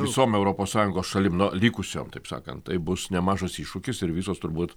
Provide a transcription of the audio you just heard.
visom europos sąjungos šalim na likusiom taip sakant tai bus nemažas iššūkis ir visos turbūt